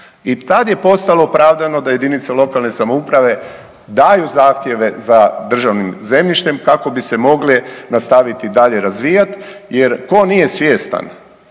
i tad je postalo opravdano da jedinice lokalne samouprave daju zahtjeve za državnim zemljištem kako bi se mogli nastaviti dalje razvijat jer ko nije svjestan